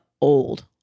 old